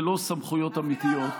ללא סמכויות אמיתיות.